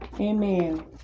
Amen